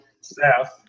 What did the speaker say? staff